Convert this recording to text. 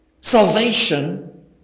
salvation